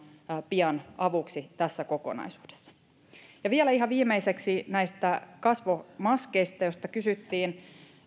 pian avuksi tässä kokonaisuudessa vielä ihan viimeiseksi näistä kasvomaskeista joista kysyttiin